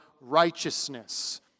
righteousness